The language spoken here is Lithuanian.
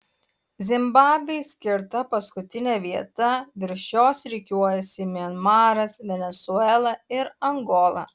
zimbabvei skirta paskutinė vieta virš jos rikiuojasi mianmaras venesuela ir angola